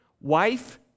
wife